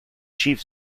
chief